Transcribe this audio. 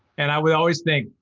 and i would always think,